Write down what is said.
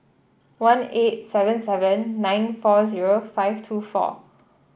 one eight seven seven nine four zero five two four